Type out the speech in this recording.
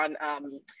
on